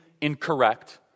incorrect